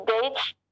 dates